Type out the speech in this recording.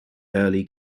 early